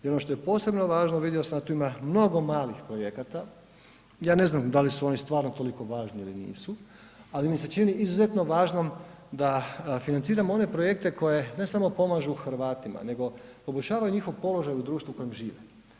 I ono što je posebno važno, vidio sam da tu ima mnogo malih projekata, ja ne znam da li su oni stvarno toliko važni ili nisu, ali mi se čini izuzetno važnom da financiramo one projekte koje ne samo pomažu Hrvatima, nego poboljšavaju njihov položaj u društvu u kojem žive.